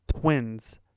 twins